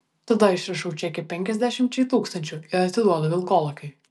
tada išrašau čekį penkiasdešimčiai tūkstančių ir atiduodu vilkolakiui